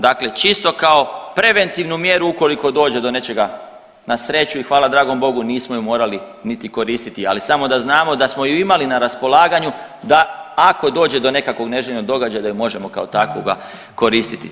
Dakle, čisto kao preventivnu mjeru ukoliko dođe do nečega, na sreći i hvala dragom Bogu nismo ju morali niti koristiti, ali samo da znamo da smo ju imali na raspolaganju da ako dođe do nekakvog neželjeno događaja da ju možemo kao takvoga koristiti.